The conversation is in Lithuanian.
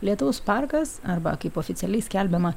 lietaus parkas arba kaip oficialiai skelbiama